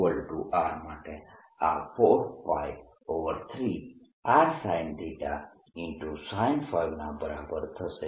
અને r≤R માટે આ 4π3rsinθsinϕ ના બરાબર થશે